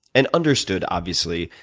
and understood, obviously,